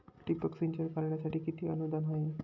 ठिबक सिंचन करण्यासाठी किती अनुदान आहे?